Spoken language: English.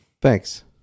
Thanks